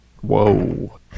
whoa